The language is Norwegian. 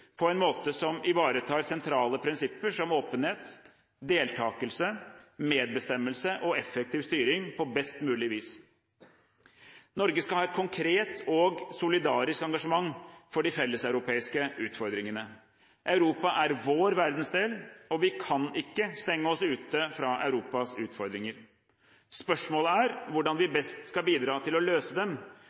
på en måte som ivaretar sentrale prinsipper som åpenhet, deltakelse, medbestemmelse og effektiv styring på best mulig vis. Norge skal ha et konkret og solidarisk engasjement for de felleseuropeiske utfordringene. Europa er vår verdensdel, og vi kan ikke stenge oss ute fra Europas utfordringer. Spørsmålet er hvordan vi best skal bidra til å løse dem.